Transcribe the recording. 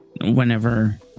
whenever